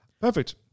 Perfect